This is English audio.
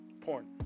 Porn